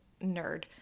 nerd